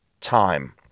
time